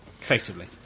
Effectively